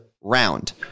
round